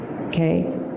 okay